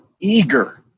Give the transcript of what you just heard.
eager